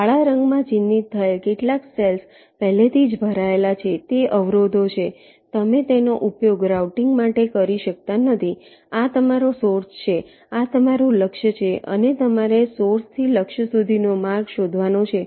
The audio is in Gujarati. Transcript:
કાળા રંગમાં ચિહ્નિત થયેલ કેટલાક સેલ્સ પહેલેથી જ ભરાયેલા છે તે અવરોધો છે તમે તેનો ઉપયોગ રાઉટીંગ માટે કરી શકતા નથી આ તમારો સોર્સ છે આ તમારું લક્ષ્ય છે અને તમારે સોર્સ થી લક્ષ્ય સુધીનો માર્ગ શોધવાનો છે